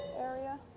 area